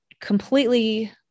completely